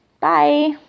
bye